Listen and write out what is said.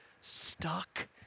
stuck